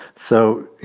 so, you